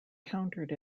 countered